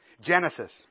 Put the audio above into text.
Genesis